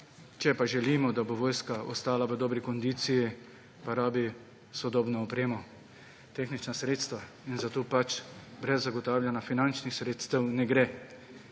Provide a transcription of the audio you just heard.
Če pa želimo, da bo vojska ostala v dobri kondiciji, pa rabi sodobno opremo, tehnična sredstva in zato pač brez zagotavljanja finančnih sredstev ne gre.